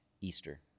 Easter